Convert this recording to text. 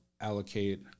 allocate